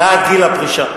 העלאת גיל הפרישה.